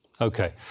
Okay